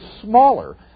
smaller